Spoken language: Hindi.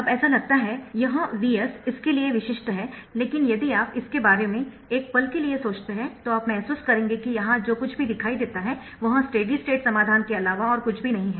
अब ऐसा लगता है यह Vs इसके लिए विशिष्ट है लेकिन यदि आप इसके बारे में एक पल के लिए सोचते है तो आप महसूस करेंगे कि यहां जो कुछ भी दिखाई देता है वह स्टेडी स्टेट समाधान के अलावा और कुछ नहीं है